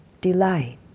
delight